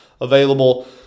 available